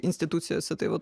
institucijose tai vat